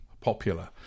popular